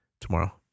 Tomorrow